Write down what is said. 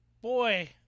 Boy